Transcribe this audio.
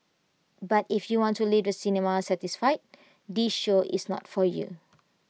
but if you want to leave the cinema satisfied this show is not for you